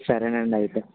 సరేనండి అయితే